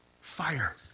Fire